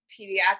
pediatrics